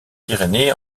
pyrénées